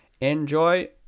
enjoy